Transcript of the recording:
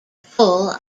full